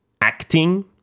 acting